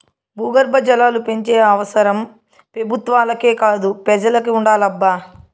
భూగర్భ జలాలు పెంచే అవసరం పెబుత్వాలకే కాదు పెజలకి ఉండాలబ్బా